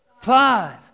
five